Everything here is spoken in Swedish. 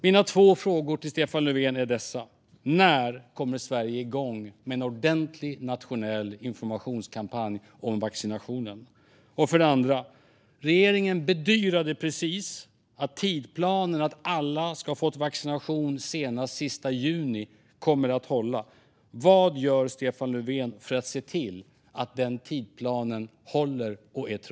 Mina två frågor till Stefan Löfven är dessa. För det första: När kommer Sverige igång med en ordentlig nationell informationskampanj om vaccinationen? För det andra: Regeringen bedyrade precis att tidsplanen att alla ska ha fått vaccination senast den sista juni kommer att hålla. Vad gör Stefan Löfven för att se till att den tidsplanen håller och är trovärdig?